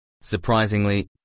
Surprisingly